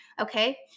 okay